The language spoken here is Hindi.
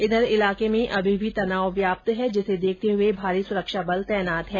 उघर इलाके में अभी भी तनाव व्याप्त है जिसे देखते हुए भारी सुरक्षा बल तैनात है